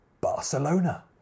barcelona